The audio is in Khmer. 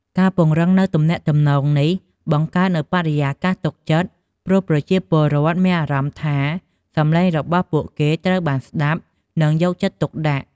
ការពង្រឹងនូវទំនាក់ទំនងនេះ បង្កើតនូវបរិយាកាសទុកចិត្ត ព្រោះប្រជាពលរដ្ឋមានអារម្មណ៍ថា សំឡេងរបស់ពួកគេត្រូវបានស្តាប់ និងយកចិត្តទុកដាក់។